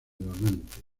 donantes